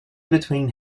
between